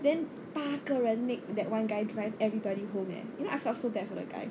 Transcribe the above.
then 八个人 make that one guy drive everybody home leh you know I felt so bad for the guy